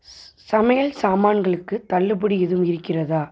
ஸ் சமையல் சாமான்களுக்கு தள்ளுபடி எதுவும் இருக்கிறதா